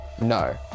No